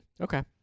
Okay